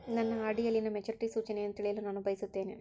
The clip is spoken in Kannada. ನನ್ನ ಆರ್.ಡಿ ಯಲ್ಲಿನ ಮೆಚುರಿಟಿ ಸೂಚನೆಯನ್ನು ತಿಳಿಯಲು ನಾನು ಬಯಸುತ್ತೇನೆ